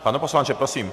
Pane poslanče, prosím.